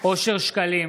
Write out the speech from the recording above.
אושר שקלים,